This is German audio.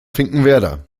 finkenwerder